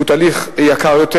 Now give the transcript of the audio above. שהוא תהליך יקר יותר,